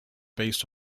based